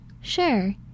Sure